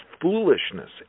foolishness